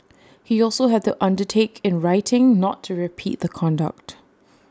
he also had to undertake in writing not to repeat the conduct